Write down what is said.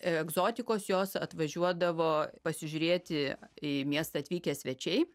egzotikos jos atvažiuodavo pasižiūrėti į miestą atvykę svečiai